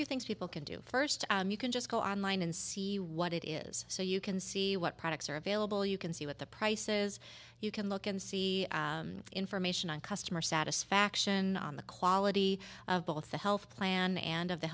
few things people can do first you can just go on line and see what it is so you can see what products are available you can see what the price is you can look and see information on customer satisfaction on the quality of both the health plan and of the